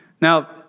Now